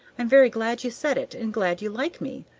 am very glad you said it, and glad you like me,